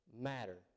matter